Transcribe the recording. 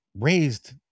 raised